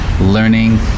learning